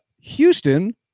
Houston